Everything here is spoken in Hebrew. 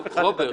לא הפרעתי לכולם.